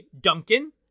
Duncan